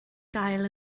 gael